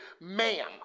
ma'am